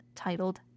titled